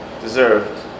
deserved